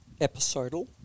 episodal